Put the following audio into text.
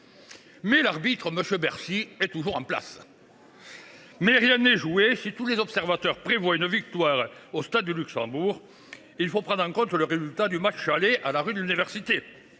Mais l’arbitre, M. Bercy, est toujours en place. Rien n’est joué. Si tous les observateurs prévoient une victoire au stade du Luxembourg, il faut prendre en compte le résultat du match aller au stade de la rue de l’Université.